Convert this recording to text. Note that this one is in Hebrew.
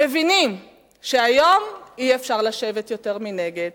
מבינים שהיום אי-אפשר לשבת יותר מנגד.